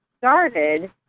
started